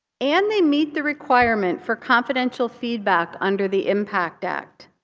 and they meet the requirement for confidential feedback under the impact act.